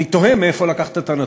אני תוהה מאיפה לקחת את הנתון.